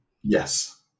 Yes